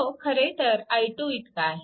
तो खरेतर i2 इतका आहे